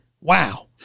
wow